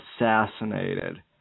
assassinated